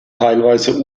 teilweise